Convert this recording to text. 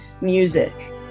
music